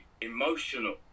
emotional